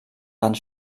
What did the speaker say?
wand